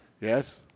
Yes